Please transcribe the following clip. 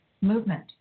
movement